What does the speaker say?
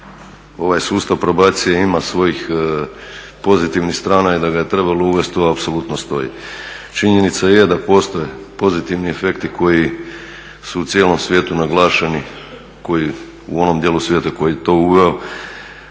ovaj sustav probacije ima svojih pozitivnih strana i da ga je trebalo uvesti, to apsolutno stoji. Činjenica je da postoje pozitivni efekti koji su u cijelom svijetu naglašeni, koji u onom dijelu svijeta koji je to uveo